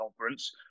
Conference